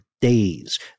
days